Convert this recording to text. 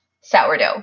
sourdough